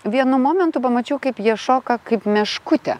vienu momentu pamačiau kaip jie šoka kaip meškutė